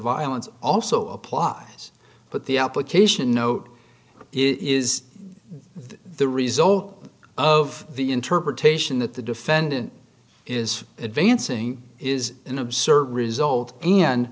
violence also applies but the application note is the result of the interpretation that the defendant is advancing is an absurd result and